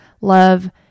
love